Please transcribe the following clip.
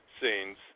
scenes